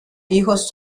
hijos